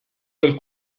del